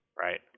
Right